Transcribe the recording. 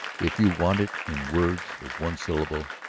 if you want it in words of one syllable,